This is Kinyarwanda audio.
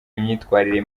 imyitwarire